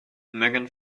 megan